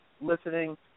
listening